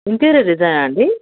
interior డిజైనా అండి